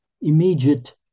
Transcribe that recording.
immediate